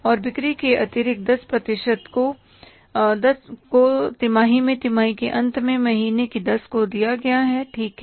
और बिक्री के अतिरिक्त10 प्रतिशत को तिमाही में तिमाही के अंत में महीने की 10 को दिया गया है ठीक है